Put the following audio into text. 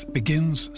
begins